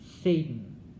Satan